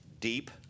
deep